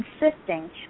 insisting